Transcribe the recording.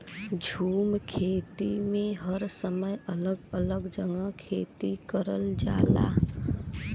झूम खेती में हर समय अलग अलग जगह खेती करल जाला